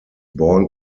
born